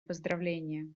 поздравления